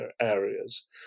areas